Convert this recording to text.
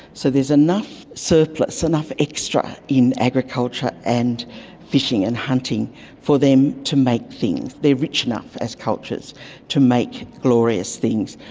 so there's enough surplus, another extra in agriculture and fishing and hunting for them to make things. they rich enough as cultures to make glorious things,